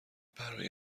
برای